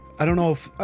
i don't know if.